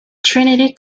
trinity